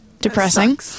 depressing